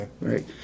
right